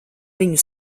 viņu